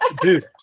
dude